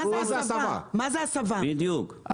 רגע,